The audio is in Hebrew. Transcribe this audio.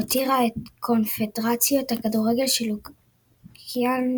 הותירה את קונפדרציית הכדורגל של אוקיאניה